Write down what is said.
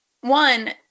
one